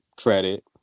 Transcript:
credit